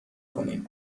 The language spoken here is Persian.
کنیم